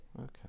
Okay